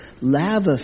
lava